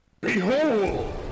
Behold